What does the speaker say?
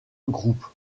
groupe